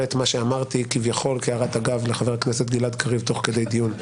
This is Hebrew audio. אמרתי כביכול כהערת אגב לחבר הכנסת גלעד קריב תוך כדי דיון,